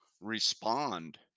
respond